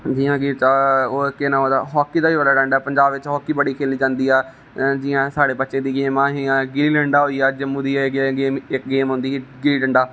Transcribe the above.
जियां कि हाॅकी दा बी बड़ा टेलेंट ऐ पंजाब बिच हाॅकी बड़ी खेली जंदी ऐ जियां साढ़े बच्चें दी गेम हियां गुल्ली डंडा होई गेआ जि'यां इक गेम होंदी गुल्ली डंडा